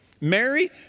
Mary